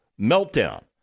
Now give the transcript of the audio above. meltdown